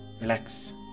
relax